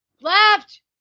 left